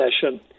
session